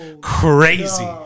crazy